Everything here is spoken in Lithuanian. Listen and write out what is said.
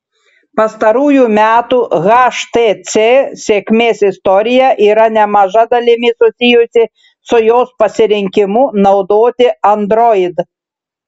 pastarųjų metų htc sėkmės istorija yra nemaža dalimi susijusi su jos pasirinkimu naudoti android